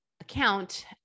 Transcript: account